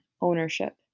ownership